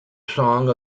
song